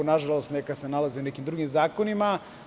Nažalost, neka se nalaze i u nekim drugim zakonima.